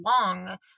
long